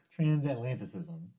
Transatlanticism